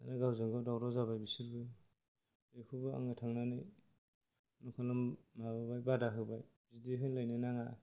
गावजोंगाव दावराव जाबाय बिसोरबो बेखौबो आंनो थांनानै बेखौनो माबाबाय बादा होबाय बिदि होनलायनो नाङा